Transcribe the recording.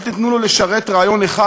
אל תיתנו לו לשרת רעיון אחד,